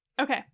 okay